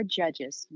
judges